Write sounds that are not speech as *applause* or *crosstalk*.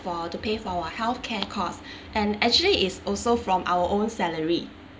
for to pay for our healthcare costs *breath* and actually is also from our own salary